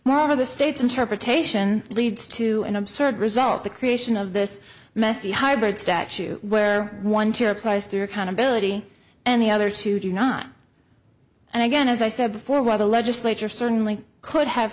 moreover the state's interpretation leads to an absurd result the creation of this messy hybrid statute where one tear applies to accountability any other two do not and again as i said before why the legislature certainly could have